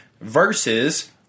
versus